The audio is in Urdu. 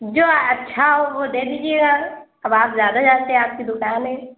جو اچھا ہو وہ دے دیجیے گا آپ اب آپ زیادہ جانتے ہیں آپ کی دکان ہے